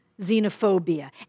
xenophobia